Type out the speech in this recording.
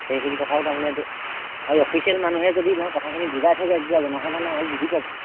সেইখিনি কথাটোও তাৰ মানে এইটো আৰু এই অফিচিয়েল মানুহে যদি তেনেকুৱা কথাখিনি বুজাই থৈ যায় তেতিয়া জনসাধাৰণে আৰু বুজি পাব